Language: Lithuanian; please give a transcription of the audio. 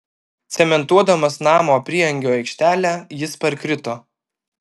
cementuodamas namo prieangio aikštelę jis parkrito